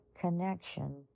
connection